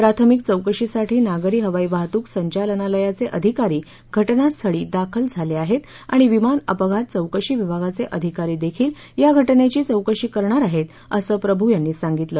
प्राथमिक चौकशीसाठी नागरी हवाई वाहतूक संचालनालयाचे अधिकारी घटनास्थळी दाखल झाले आहेत आणि विमान अपघात चौकशी विभागाचे अधिकारी देखील या घटनेची चौकशी करणार आहेत असं प्रभू यांनी सांगितलं